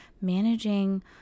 managing